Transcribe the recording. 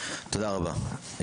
תודה רבה.